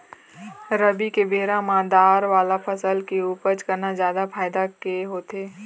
रबी के बेरा म दार वाला फसल के उपज करना जादा फायदा के होथे